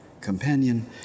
companion